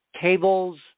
Cables